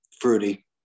Fruity